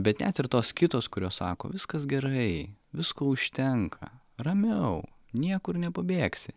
bet net ir tos kitos kurios sako viskas gerai visko užtenka ramiau niekur nepabėgsi